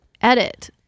edit